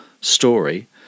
story